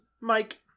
Mike